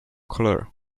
colour